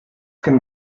can